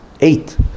eight